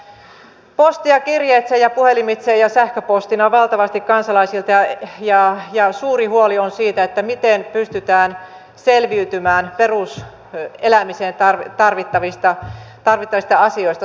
tästä on tullut postia kirjeitse ja puhelimitse ja sähköpostina valtavasti kansalaisilta ja suuri huoli on siitä miten pystytään selviytymään peruselämiseen tarvittavista asioista